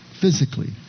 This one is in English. physically